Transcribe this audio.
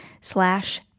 slash